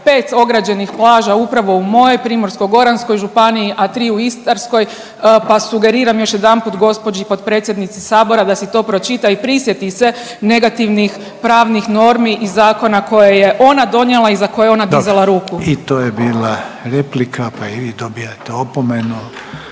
je 5 ograđenih plaža upravo u mojoj Primorsko-goranskoj županiji, a 3 u Istarskoj pa sugeriram još jedanput gospođi potpredsjednici sabora da si to pročita i prisjeti se negativnih pravnih normi iz zakona koje je ona donijela i za koje je ona dizala ruku. **Reiner, Željko (HDZ)** Dobro i to je bila replika, pa i vi dobijate opomenu.